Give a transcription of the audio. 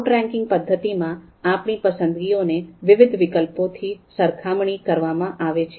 outranking પદ્ધતિમાં આપણી પસંદીગીઓને વિવિધ વિકલ્પો થી સરખામણી કરવામાં આવે છે